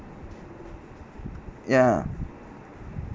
ya